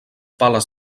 pales